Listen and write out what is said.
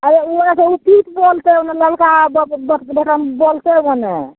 आओर उ पीप बोलतय ओइमे ललका ब बटन बोलतय ओने